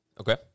Okay